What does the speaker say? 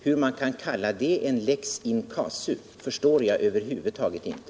Hur man kan kalla det en lex in casu förstår jag över huvud taget inte.